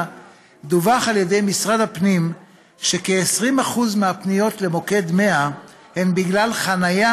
דווח על ידי משרד הפנים שכ-20% מהפניות למוקד 100 הן בגלל חניה